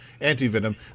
anti-venom